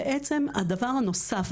הדבר הנוסף,